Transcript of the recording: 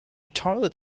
toilet